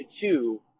two